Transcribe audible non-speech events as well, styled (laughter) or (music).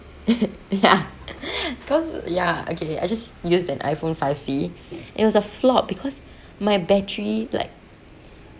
(laughs) ya (laughs) cause ya okay I just used an iphone five C it was a flop because my battery like